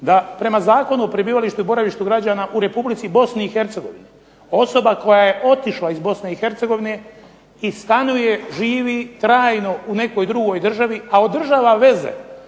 da prema Zakonu o prebivalištu i boravištu građana u REpublici Bosni i Hercegovini osoba koja je otišla iz Bosne i Hercegovine i stanuje, živi trajno u nekoj državi a održava veze